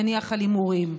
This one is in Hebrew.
נניח על הימורים,